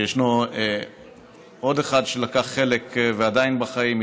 שישנו עוד אחד שלקח חלק ועדיין בחיים,